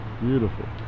Beautiful